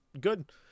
good